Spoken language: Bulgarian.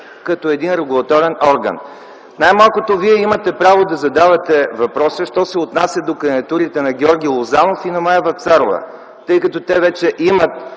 като един регулаторен орган. Най-малкото Вие имате право да задавате въпроси, що се отнася до кандидатурите на Георги Лозанов и на Мая Вапцарова, тъй като те вече имат